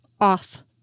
Off